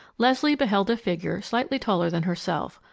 leslie beheld a figure slightly taller than herself,